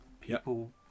people